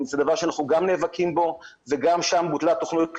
זה דבר שגם בו אנחנו נאבקים וגם במקרה הזה בוטלה תוכנית לאומית.